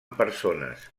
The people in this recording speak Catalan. persones